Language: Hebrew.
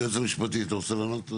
היועץ המשפטי, אתה רוצה לענות?